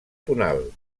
tonal